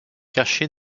cachés